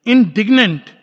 Indignant